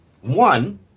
One